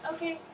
Okay